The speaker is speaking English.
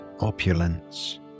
opulence